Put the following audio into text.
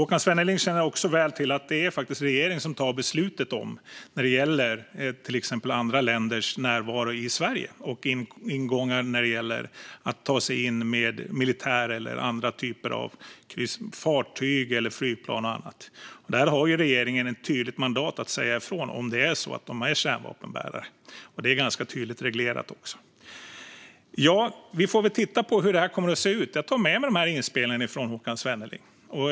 Håkan Svenneling känner också väl till att det är regeringen som fattar beslutet när det gäller till exempel andra länders närvaro i Sverige och ingången när det gäller att ta sig in med militära eller andra typer av fartyg, flygplan och annat. Där har regeringen ett tydligt mandat att säga ifrån om det är så att de är kärnvapenbärare. Det är också ganska tydligt reglerat. Vi får titta på hur det kommer att se ut. Jag tar med mig inspelen från Håkan Svenneling.